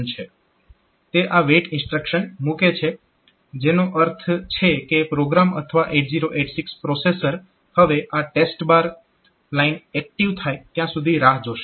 હવે તે આ WAIT ઇન્સ્ટ્રક્શન મૂકે છે જેનો અર્થ છે કે પ્રોગ્રામ અથવા 8086 પ્રોસેસર હવે આ TEST લાઇન એક્ટીવ થાય ત્યાં સુધી રાહ જોશે